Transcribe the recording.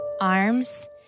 arms